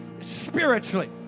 spiritually